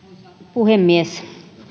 puhemies